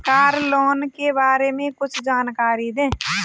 Car loan के बारे में कुछ जानकारी दें?